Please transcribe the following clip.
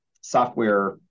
software